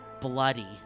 bloody